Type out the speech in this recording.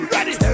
Ready